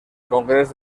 congrés